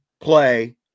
play